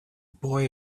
boy